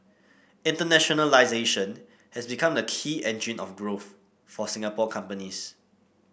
internationalisation has become the key engine of growth for Singapore companies